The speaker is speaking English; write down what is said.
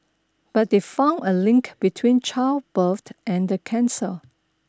but they found a link between childbirth and the cancer